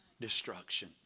destruction